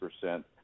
percent